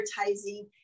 advertising